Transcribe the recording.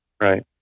right